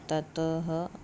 ततः